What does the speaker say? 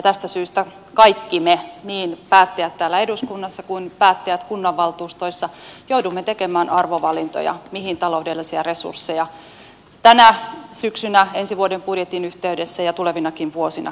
tästä syystä kaikki me niin päättäjät täällä eduskunnassa kuin päättäjät kunnanvaltuustoissa joudumme tekemään arvovalintoja mihin taloudellisia resursseja tänä syksynä ensi vuoden budjetin yhteydessä ja tulevinakin vuosina kohdistamme